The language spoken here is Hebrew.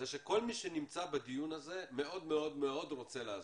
שכל מי שנמצא בדיון הזה, מאוד מאוד רוצה לעזור,